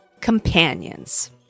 companions